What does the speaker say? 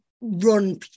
run